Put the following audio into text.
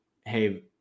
hey